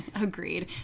Agreed